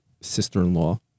sister-in-law